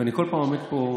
אני כל פעם עומד פה,